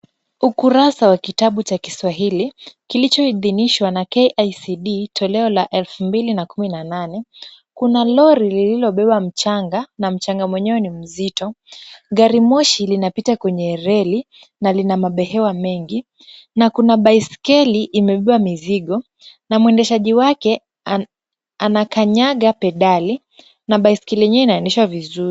Ukurasa wa kitabu cha Kiswahili kilichoidhinishwa na KICD toleo la 2018, kuna lori lililobeba mchanga na mchanga mwenyewe ni mzito. Gari moshi linapita kwenye reli na lina mabehewa mengi, na kuna baiskeli imebeba mizigo na mwendeshaji wake anakanyaga pedali, na baiskeli yenyewe inaendeshwa vizuri.